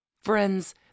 Friends